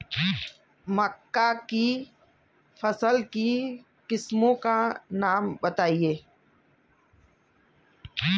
मक्का की फसल की किस्मों का नाम बताइये